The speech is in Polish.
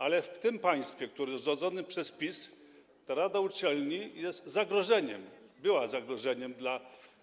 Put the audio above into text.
Ale w tym państwie, które jest rządzone przez PiS, ta rada uczelni jest zagrożeniem, była zagrożeniem dla